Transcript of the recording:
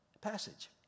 passage